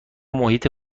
محیط